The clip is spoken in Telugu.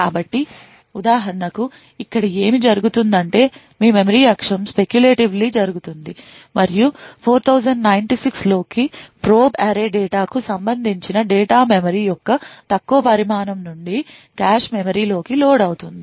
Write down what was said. కాబట్టి ఉదాహరణకు ఇక్కడ ఏమి జరుగుతుందంటే మీ మెమరీ అక్షం speculatively జరుగుతుంది మరియు 4096 లోకి ప్రోబ్ అర్రే డేటాకు సంబంధించిన డేటా మెమరీ యొక్క తక్కువ పరిమాణం నుండి కాష్ మెమరీలోకి లోడ్ అవుతుంది